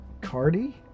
Cardi